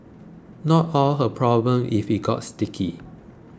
not all her problem if it got sticky